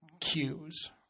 cues